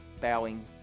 bowing